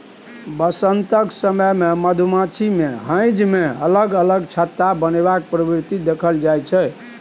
बसंमतसक समय मे मधुमाछी मे हेंज मे अलग अलग छत्ता बनेबाक प्रवृति देखल जाइ छै